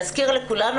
להזכיר לכולנו,